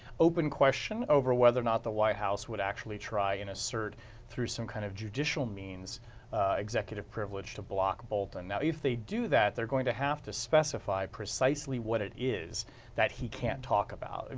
open question over whether or not the white house would actually try and assert through some kind of judicial means executive privilege to block bolton. if they do that they are going to have to specify precisely what it is that he can't talk about. and